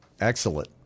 Excellent